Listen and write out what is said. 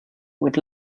with